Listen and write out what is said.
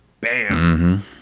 Bam